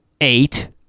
eight